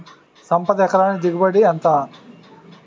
సంపద ఎకరానికి దిగుబడి ఎంత?